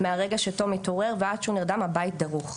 מהרגע שתום מתעורר ועד שהוא נרדם הבית דרוך,